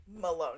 Malone